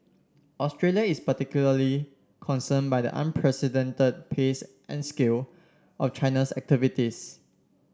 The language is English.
Australia is particularly concern by the unprecedented pace and scale of China's activities